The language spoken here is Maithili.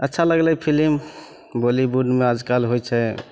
अच्छा लागलै फिलिम बॉलीवुडमे आजकल होइ छै